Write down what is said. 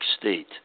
state